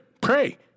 pray